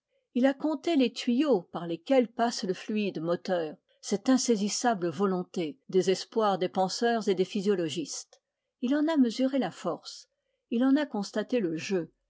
il a compté les tuyaux par lesquels passe le fluide moteur cette insaisissable volonté désespoir des penseurs et des physiologistes il en a mesuré la force il en a constaté le jeu